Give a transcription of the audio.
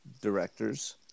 directors